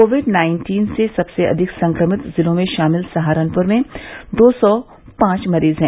Covid nineteen से सबसे अधिक संक्रमित जिलों में शामिल सहारनपुर में दो सौ पांच मरीज हैं